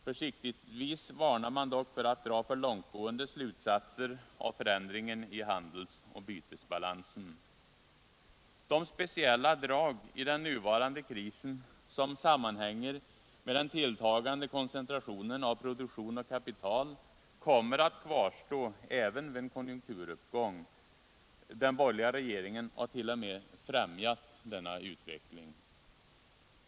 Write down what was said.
Försiktigtvis varnar man dock för att dra för långtgående slutsatser av förändringen i handelsoch bytesbalansen. De speciella drag i den nuvarande krisen som sammanhänger med den tilltagande koncentrationen av produktion och kapital kommer att kvarstå även vid en konjunkturuppgång. Den borgerliga regeringen har t.o.m. främjat denna utveckling.